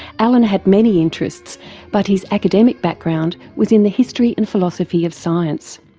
alan had many interests but his academic background was in the history and philosophy of science.